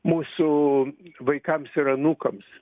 mūsų vaikams ir anūkams